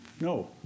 No